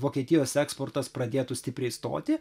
vokietijos eksportas pradėtų stipriai stoti